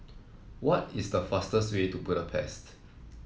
what is the fastest way to Budapest